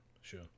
sure